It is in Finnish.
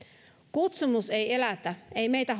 kutsumus ei elätä ei meitä